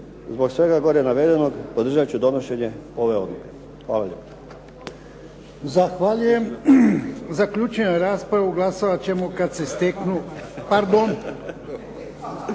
Zbog svega gore navedenog, podržati ću donošenje ove odluke. Hvala lijepo.